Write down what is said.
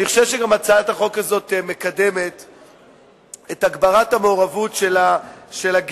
אני חושב שגם הצעת החוק הזאת מקדמת את הגברת המעורבות של הגבר,